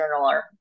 journaler